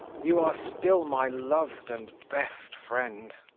you are still my lov'd and best friend.